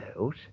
out